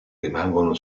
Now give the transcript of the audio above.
rimangono